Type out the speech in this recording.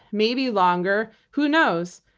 maybe longer, who knows?